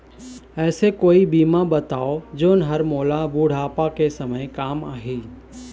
ऐसे कोई बीमा बताव जोन हर मोला बुढ़ापा के समय काम आही?